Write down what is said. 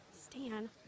Stan